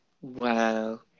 wow